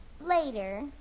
Later